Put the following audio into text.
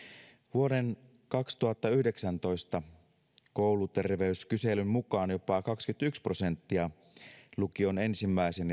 vuoden kaksituhattayhdeksäntoista kouluterveyskyselyn mukaan jopa kaksikymmentäyksi prosenttia lukion ensimmäisen